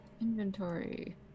inventory